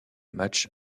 matchs